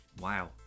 Wow